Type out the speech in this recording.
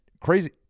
crazy